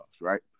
right